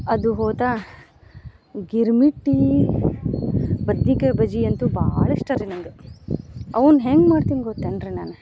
ಅದು ಹೋತಾ ಗಿರ್ಮಿಟ್ಟಿ ಬದ್ನಿಕಾಯಿ ಬಜಿ ಅಂತೂ ಭಾಳ ಇಷ್ಟ ರೀ ನಂಗೆ ಅವ್ನ ಹೆಂಗೆ ಮಾಡ್ತೀನಿ ಗೊತ್ತೇನ್ರಿ ನಾನು